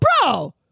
bro